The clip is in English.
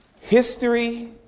History